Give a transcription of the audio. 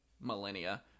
millennia